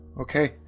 Okay